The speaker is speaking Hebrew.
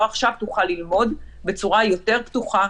עכשיו תוכל ללמוד בצורה יותר פתוחה,